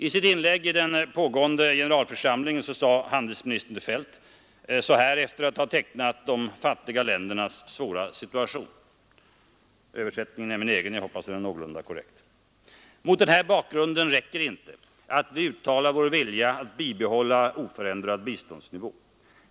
I sitt inlägg i den pågående generalförsamlingen sade handelsminister Feldt så här efter att ha tecknat de fattiga ländernas svåra situation — översättningen är min egen, jag hoppas att den är någorlunda korrekt: ”Mot den här bakgrunden räcker det inte att vi uttalar vår vilja att bibehålla oförändrad biståndsnivå.